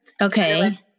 okay